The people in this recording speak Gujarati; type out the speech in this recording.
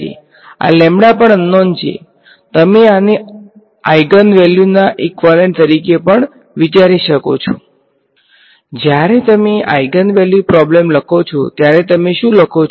આ પણ અનનોન છે તમે આને આઈગેન વેલ્યુ ના ઈક્વાલેટ તરીકે પણ વિચારી શકો છો જ્યારે તમે આઈગેન વેલ્યુ પ્રોબ્લેમ લખો છો ત્યારે તમે શું લખો છો